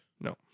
No